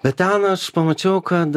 bet ten aš pamačiau kad